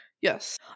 Yes